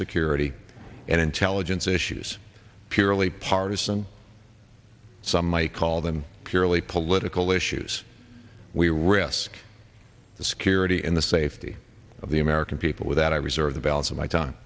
security and intelligence issues purely partisan some i call them purely political issues we risk the security and the safety of the american people with that i reserve the balance of my time